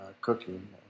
cooking